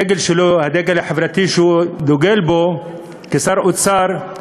הדגל שלו, הדגל החברתי, שהוא דוגל בו כשר האוצר,